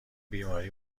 بیماری